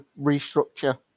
restructure